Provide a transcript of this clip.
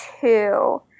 two